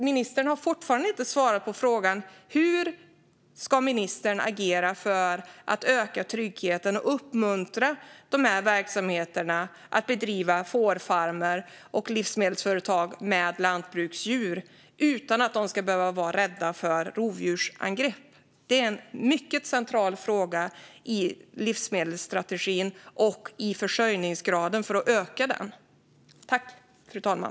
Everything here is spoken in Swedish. Ministern har fortfarande inte svarat på frågan hur hon ska agera för att öka tryggheten och uppmuntra dessa verksamheter att bedriva fårfarmar och livsmedelsföretag med lantbruksdjur utan att de ska behöva vara rädda för rovdjursangrepp. Detta är en mycket central fråga i livsmedelsstrategin och för att öka försörjningsgraden.